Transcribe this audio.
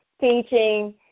teaching